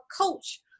coach